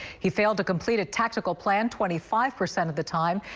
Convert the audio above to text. he failed to complete a tactical plan twenty five percent of the time,